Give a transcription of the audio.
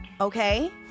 Okay